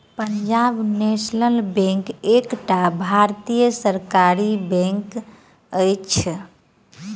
Punjab national bank एकटा भारतीय सरकारी बैंक अछि